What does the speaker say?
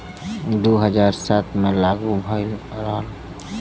दू हज़ार सात मे लागू भएल रहल